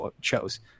chose